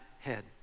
head